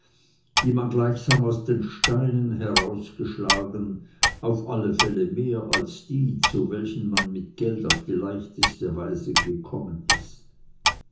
die man gleichsam aus den steinen herausgeschlagen auf alle fälle mehr als die zu welchen man mit geld auf die leichteste weise gekommen ist